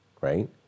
right